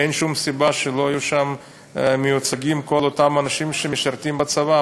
אין שום סיבה שלא יהיו מיוצגים שם כל אותם אנשים שמשרתים בצבא.